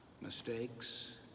mistakes